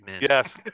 yes